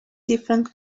different